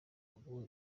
kuguha